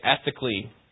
ethically